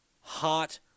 hot